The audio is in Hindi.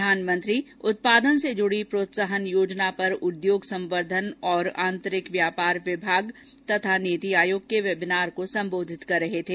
प्रधानमंत्री उत्पादन से जुडी प्रोत्साहन योजना पर उद्योग संवर्धन और आंतरिक व्यापार विभाग तथा नीति आयोग के वेबिनार को सम्बोधित कर रहे थे